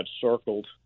circled